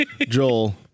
Joel